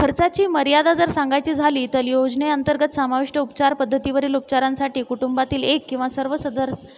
खर्चाची मर्यादा जर सांगायची झाली तर योजने अंतर्गत समाविष्ट उपचारपद्धतीवरील उपचारांसाठी कुटुंबातील एक किंवा सर्व सदर